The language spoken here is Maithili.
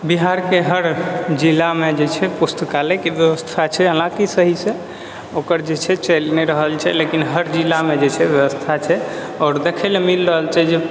बिहारके हर जिलामे जे छै पुस्तकालयके व्यवस्था छै हालाँकि सहीसँ ओकर जे छै चलि नहि रहल छै लेकिन हर जिलामे जे छै व्यवस्था छै आओर देखै लए मिलि रहल छै जे